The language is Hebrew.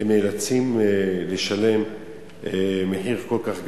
הם נאלצים לשלם מחיר כל כך גבוה.